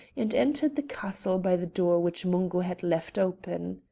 and entered the castle by the door which mungo had left open.